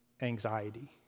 anxiety